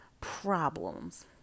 problems